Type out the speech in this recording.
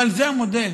אבל זה המודל.